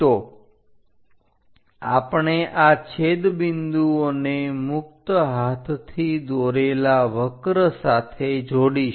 તો આપણે આ છેદબિંદુઓને મુક્ત હાથથી દોરેલા વક્ર સાથે જોડીશું